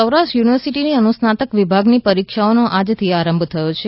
સૌરાષ્ટ્ર યુનિવર્સિટીની અનુસ્નાતક વિભાગની પરીક્ષાઓનો આજથી આરંભ થયો છે